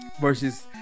versus